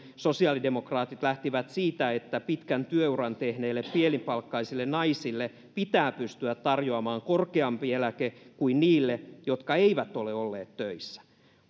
sosiaalidemokraatit lähtivät siitä että pitkän työuran tehneille pienipalkkaisille naisille pitää pystyä tarjoamaan korkeampi eläke kuin niille jotka eivät ole olleet töissä